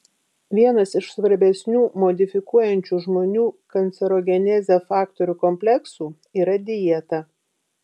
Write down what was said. vienas iš svarbesnių modifikuojančių žmonių kancerogenezę faktorių kompleksų yra dieta